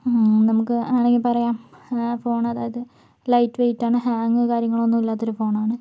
നമുക്ക് വേണമെങ്കിൽ പറയാം ഫോണ് അതായത് ലൈറ്റ് വെയ്റ്റാണ് ഹാങ്ങ് കാര്യങ്ങളൊന്നും ഇല്ലാത്ത ഒരു ഫോണാണ്